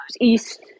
east